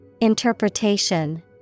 Interpretation